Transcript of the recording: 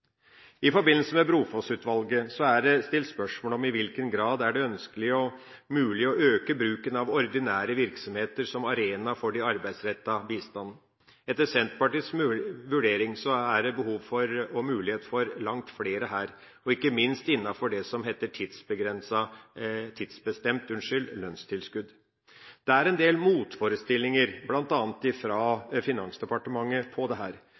I forbindelse med Brofoss-utvalget er det stilt spørsmål om i hvilken grad det er ønskelig og mulig å øke bruken av ordinære virksomheter som arena for den arbeidsrettede bistanden. Etter Senterpartiets vurdering er det behov og mulighet for langt flere her – ikke minst innenfor det som heter tidsbestemt lønnstilskudd. Det er en del motforestillinger, bl.a. fra Finansdepartementet, på dette. Det